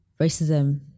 racism